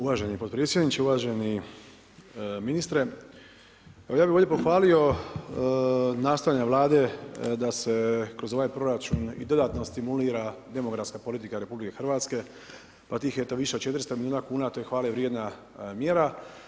Uvaženi potpredsjedniče, uvaženi ministre ja bih ovdje pohvalio nastojanja Vlade da se kroz ovaj proračun i dodatno stimulira demografska politika RH, pa tih eto više od 400 milijuna kuna to je hvale vrijedna mjera.